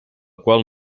qual